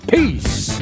Peace